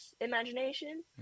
imagination